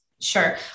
Sure